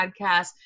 podcast